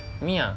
me ah